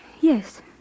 Yes